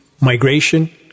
Migration